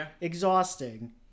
Exhausting